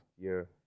year